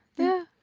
yeah.